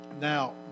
Now